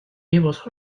vivos